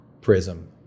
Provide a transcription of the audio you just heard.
prism